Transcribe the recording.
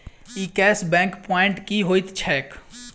ई cash back point की होइत छैक?